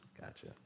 Gotcha